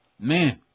Man